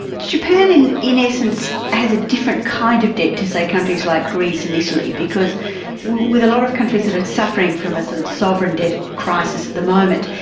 japan in in essence has a different kind of debt to, say, countries like greece and italy, because with a lot of countries that are suffering from a sort of sovereign debt crisis at the moment,